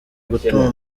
gutuma